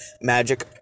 Magic